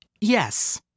Yes